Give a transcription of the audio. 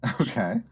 Okay